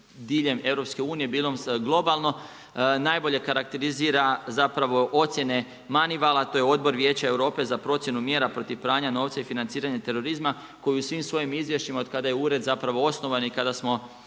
diljem EU-a, bilo globalno, najbolje karakterizira zapravo ocjene MONEYVAL-a, a to je Odbor Vijeća Europe za procjenu mjera protiv pranja novca i financiranje terorizma koje u svim svojim izvješćima od kada je ured zapravo osnovan i kada smo